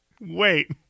Wait